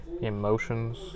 emotions